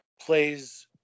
plays